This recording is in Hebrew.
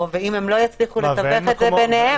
ואם הם לא יצליחו לתווך את זה ביניהם